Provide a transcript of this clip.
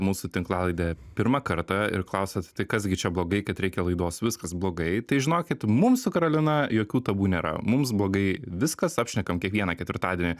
mūsų tinklalaidę pirmą kartą ir klausiat tai kas gi čia blogai kad reikia laidos viskas blogai tai žinokit mums su karolina jokių tabu nėra mums blogai viskas apšnekam kiekvieną ketvirtadienį